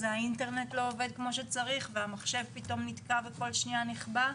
אז האינטרנט לא עובד כמו שצריך והמחשב פתאום נתקע וכל שנייה נכבה.